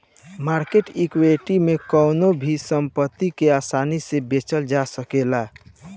market equity में कवनो भी संपत्ति के आसानी से बेचल जा सकेला